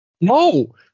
No